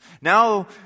Now